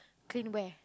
clean where